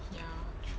ya true